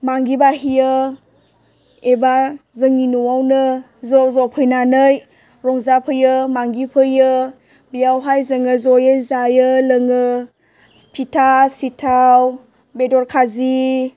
मागिबायहैयो एबा जोंनि न'आवनो ज'ज' फैनानै रंजाफैयो मागिफैयो बेयावहाय जोङो ज'यै जायो लोङो फिथा सिथाव बेदर खाजि